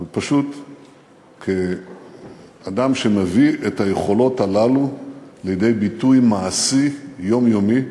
אבל פשוט כאדם שמביא את היכולות הללו לידי ביטוי מעשי יומיומי,